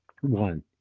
one